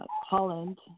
holland